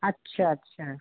अच्छा अच्छा